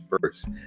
first